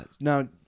Now